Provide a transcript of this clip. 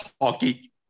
Hockey